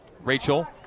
Rachel